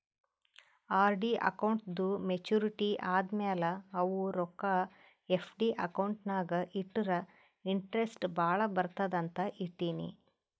RD ಅಕೌಂಟ್ದೂ maturity ಆದಮ್ಯಾಲ ಅವು ರೊಕ್ಕಾ ಎಫ್.ಡಿ ಅಕೌಂಟ್ ನಾಗ್ ಇಟ್ಟುರ ಇಂಟ್ರೆಸ್ಟ್ ಭಾಳ ಬರ್ತುದ ಅಂತ್ ಇಟ್ಟೀನಿ